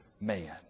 man